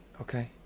Okay